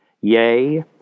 Yea